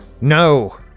No